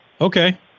Okay